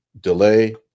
delay